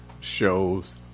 shows